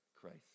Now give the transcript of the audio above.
Christ